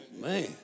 Man